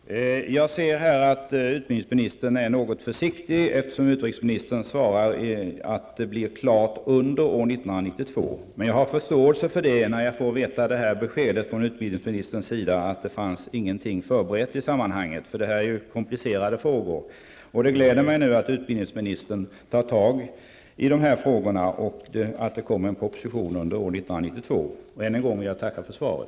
Herr talman! Jag ser att utbildningsministern är något försiktig här, eftersom utbildningsministern svarar att det blir klart under år 1992. Jag har förståelse för detta när jag får beskedet från utbildningsministern att det inte fanns någonting förberett i sammanhanget. Detta är ju komplicerade frågor. Det gläder mig att utbildningsministern nu tar tag i dessa frågor och att det kommer en proposition under år 1992. Jag tackar än en gång för svaret.